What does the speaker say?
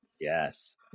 Yes